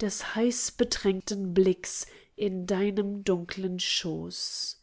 des heißbetränten blicks in deinem dunklen schoß